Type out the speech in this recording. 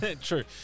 True